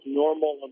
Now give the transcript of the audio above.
normal